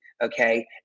Okay